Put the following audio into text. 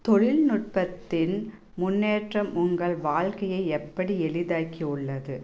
தொழில்நுட்பத்தின் முன்னேற்றம் உங்கள் வாழ்கையை எப்படி எளிதாக்கி உள்ளது